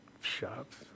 Shops